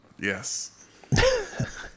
Yes